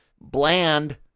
bland